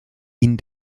ihnen